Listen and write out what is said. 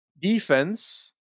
defense